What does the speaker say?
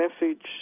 message